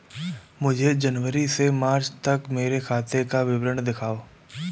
मुझे जनवरी से मार्च तक मेरे खाते का विवरण दिखाओ?